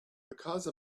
because